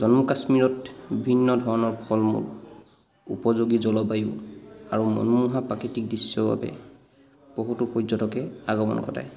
জম্মু কাশ্মীৰত বিভিন্ন ধৰণৰ ফল মূল উপযোগী জলবায়ু আৰু মনোমোহা প্ৰাকৃতিক দৃশ্যৰ বাবে বহুতো পৰ্যটকে আগমন ঘটায়